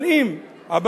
אבל אם הבתים,